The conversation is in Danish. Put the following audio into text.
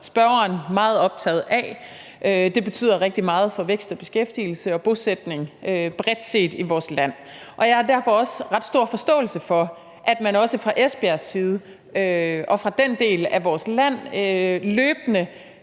spørgeren meget optaget af. Det betyder rigtig meget for vækst og beskæftigelse og bosætning bredt set i vores land, og jeg har derfor også ret stor forståelse for, at man også fra Esbjergs side og fra den del af vores land løbende